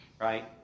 Right